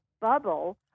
bubble